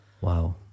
Wow